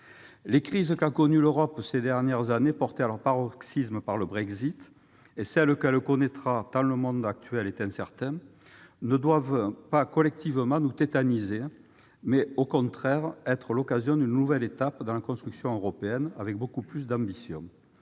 Les crises qu'a connues l'Europe ces dernières années, portées à leur paroxysme par le Brexit, et celles qu'elle connaîtra dans les années à venir, tant le monde actuel est incertain, ne doivent pas collectivement nous tétaniser, mais, au contraire, être l'occasion d'une nouvelle étape dans la construction européenne, avec beaucoup plus d'ambitions.